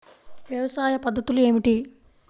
వ్యవసాయ పద్ధతులు ఏమిటి?